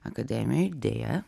akademijoj deja